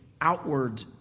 outward